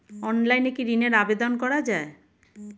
অনলাইনে কি ঋনের আবেদন করা যায়?